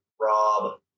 Rob